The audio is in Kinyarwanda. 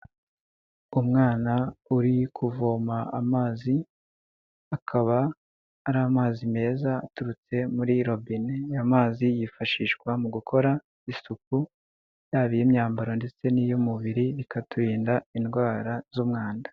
Umwana uri kuvoma amazi akaba ari amazi meza aturutse muri robine, amazi yifashishwa mu gukora isuku yaba iy'imyambaro ndetse n'iy'umubiri bikaturinda indwara z'umwanda.